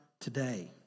today